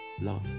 love